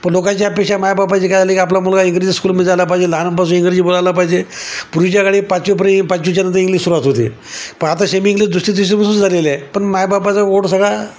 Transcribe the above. पण लोकांची अपेक्षा मायबापाची काय झाली का आपल्या मुलगा इंग्रजी स्कूलमध्ये जायला पाहिजे लहानपासून इंग्रजी बोलायला पाहिजे पूर्वीच्याकाळी पाचवीपरे पाचवीच्यानंतर इंग्लिश सुरवात होती पण आता सेमी इंग्लिश दुसरी तिसरीपासून झालेलं आहे पण मायबापाचा ओढ सगळा